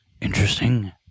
interesting